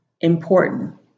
important